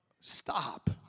stop